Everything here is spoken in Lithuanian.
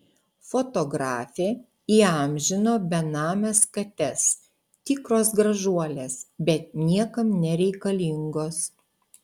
fotografė įamžino benames kates tikros gražuolės bet niekam nereikalingos